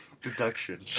deduction